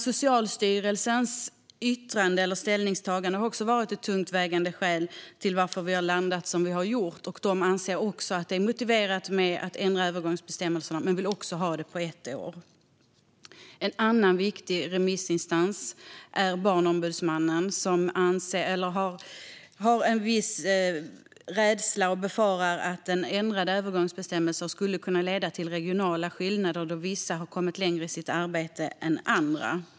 Socialstyrelsens ställningstagande har också varit ett tungt vägande skäl till att vi har landat som vi har gjort. De anser också att det är motiverat att ändra övergångsbestämmelserna och vill också förlänga dem med ett år. En annan viktig remissinstans är Barnombudsmannen, som befarar att ändrade övergångsbestämmelser skulle kunna leda till regionala skillnader då vissa har kommit längre i sitt arbete än andra.